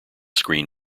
screen